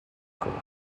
cours